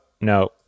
no